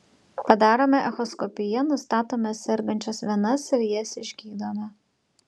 padarome echoskopiją nustatome sergančias venas ir jas išgydome